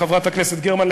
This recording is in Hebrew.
חברת הכנסת גרמן,